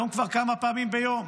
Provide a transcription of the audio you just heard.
בבוקר, היום כבר כמה פעמים ביום.